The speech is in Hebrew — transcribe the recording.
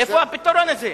איפה הפתרון הזה?